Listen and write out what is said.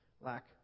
lack